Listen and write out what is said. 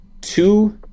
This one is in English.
two